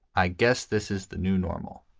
i guess this is the new normal